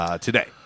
today